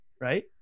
right